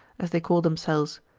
as they call themselves,